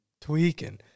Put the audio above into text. tweaking